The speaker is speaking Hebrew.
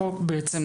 החוק בעצם,